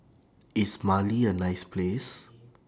IS Mali A nice Place